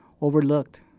overlooked